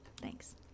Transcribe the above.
thanks